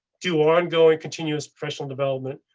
do ongoing, continuous professional development.